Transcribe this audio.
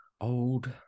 old